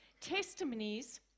testimonies